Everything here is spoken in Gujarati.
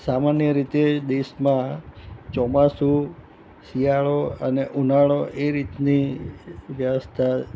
સામાન્ય રીતે દેશમાં ચોમાસું શિયાળો અને ઉનાળો એ રીતની વ્યવસ્થા